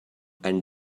and